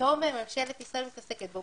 פתאום ממשלת ישראל מתעסקת בו,